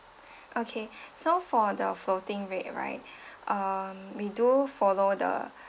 okay so for the floating rate right um we do follow the